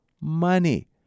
money